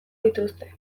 dituzte